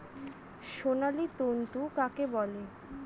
সোনালী তন্তু কাকে বলে?